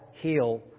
heal